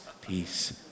peace